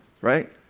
right